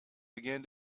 began